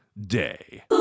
day